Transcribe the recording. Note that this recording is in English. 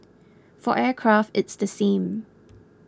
for aircraft it's the same